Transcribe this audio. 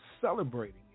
celebrating